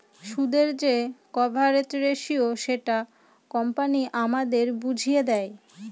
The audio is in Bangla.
সুদের যে কভারেজ রেসিও সেটা কোম্পানি আমাদের বুঝিয়ে দেয়